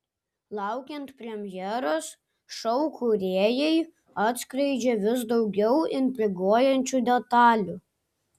laukiant premjeros šou kūrėjai atskleidžia vis daugiau intriguojančių detalių